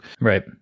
Right